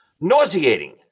nauseating